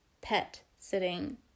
pet-sitting